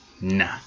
Nah